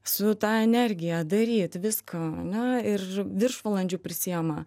su ta energija daryt visko ane ir viršvalandžių prisiima